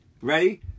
Ready